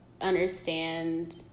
understand